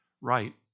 right